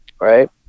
right